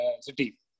city